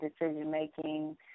decision-making